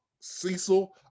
Cecil